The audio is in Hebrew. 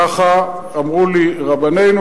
ככה אמרו לי רבנינו,